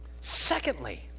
Secondly